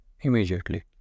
immediately